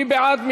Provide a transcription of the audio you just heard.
מי בעד?